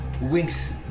winks